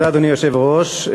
אדוני היושב-ראש,